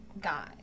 guys